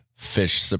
Fish